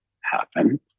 happen